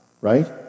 right